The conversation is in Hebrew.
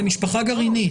זאת משפחה גרעינית.